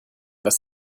was